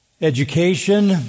education